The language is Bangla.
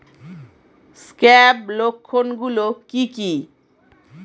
স্ক্যাব লক্ষণ গুলো কি কি?